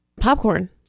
Popcorn